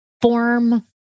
form